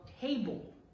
table